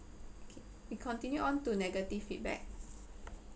okay we continue on to negative feedback